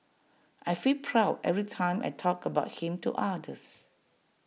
I feel proud every time I talk about him to others